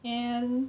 and